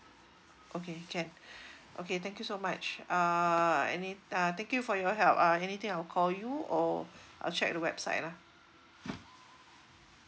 okay can okay thank you so much uh any uh thank you for your help uh anything I'll call you or I'll check the website lah